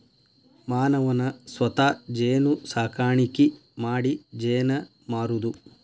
ಮಾನವನ ಸ್ವತಾ ಜೇನು ಸಾಕಾಣಿಕಿ ಮಾಡಿ ಜೇನ ಮಾರುದು